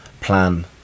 plan